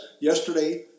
yesterday